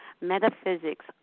metaphysics